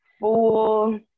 full